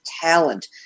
talent